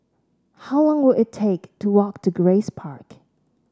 how long will it take to walk to Grace Park